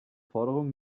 forderung